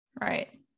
right